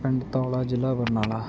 ਪਿੰਡ ਧੋਲਾ ਜ਼ਿਲ੍ਹਾ ਬਰਨਾਲਾ